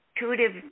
intuitive